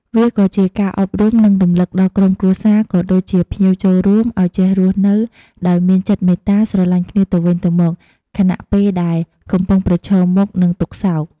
វាក៏ជាការអប់រំ និងរំលឹកដល់ក្រុមគ្រួសារ ក៏ដូចជាភ្ញៀវចូលរួម ឲ្យចេះរស់នៅដោយមានចិត្តមេត្តា ស្រឡាញ់គ្នាទៅវិញទៅមក ខណៈពេលដែលកំពុងប្រឈមមុខនឹងទុក្ខសោក។